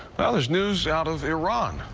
well as news out of iran,